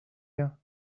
you